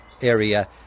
area